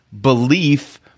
belief